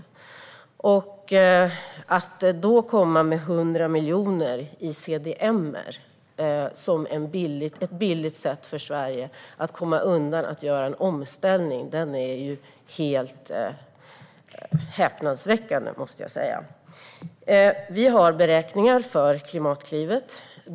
Att Moderaterna då kommer med ett förslag om 100 miljoner till CDM-projekt, som ett billigt sätt för Sverige att komma undan att göra en omställning, är häpnadsväckande. Vi har beräkningar för Klimatklivet.